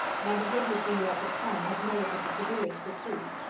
my behaviour to you at the time had merited the severest reproof.